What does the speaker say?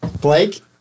blake